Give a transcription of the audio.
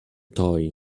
toy